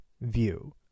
view